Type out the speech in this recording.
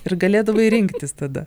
ir galėdavai rinktis tada